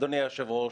אדוני היושב-ראש,